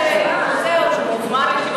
חבר הכנסת